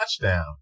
touchdown